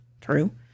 true